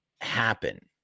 happen